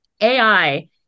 ai